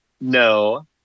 no